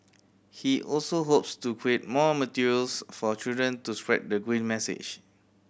he also hopes to create more materials for children to spread the green message